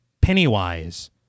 Pennywise